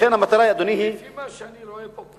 לפי מה שאני רואה פה כולם מונו,